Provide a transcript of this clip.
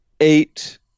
eight